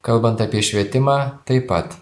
kalbant apie švietimą taip pat